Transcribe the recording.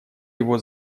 его